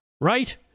Right